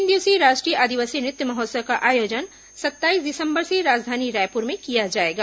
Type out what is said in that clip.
तीन दिवसीय राष्ट्रीय आदिवासी नृत्य महोत्सव का आयोजन सत्ताईस दिसम्बर से राजधानी रायपूर में किया जाएगा